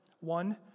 One